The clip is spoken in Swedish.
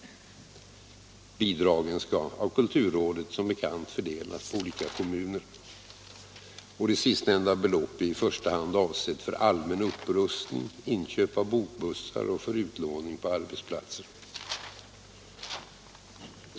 Bidragen skall av kulturrådet fördelas på olika kommuner. Det sistnämnda beloppet är i första hand avsett för allmän upprustning, inköp av bokbussar och utlåning på arbetsplatser.